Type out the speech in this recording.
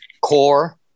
core